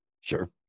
Sure